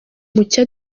mucyo